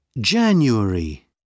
January